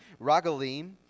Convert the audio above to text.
Ragalim